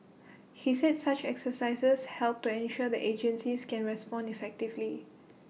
he said such exercises help to ensure the agencies can respond effectively